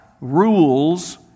rules